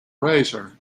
razor